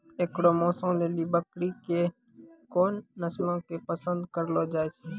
एकरो मांसो लेली बकरी के कोन नस्लो के पसंद करलो जाय छै?